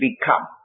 become